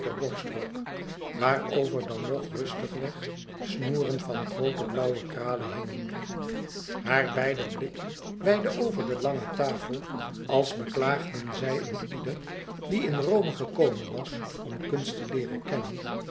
grauwen jaeger borstrok waarover dan nog rustig-weg snoeren van groote blauwe kralen hingen haar beider blik weidde over de lange tafel als beklaagden zij een ieder die in rome gekomen was om kunst te leeren kennen